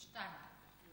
שתיים.